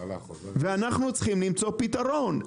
ואנחנו צריכים למצוא פתרון.